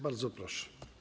Bardzo proszę.